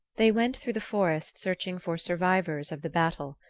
they went through the forest searching for survivors of the battle.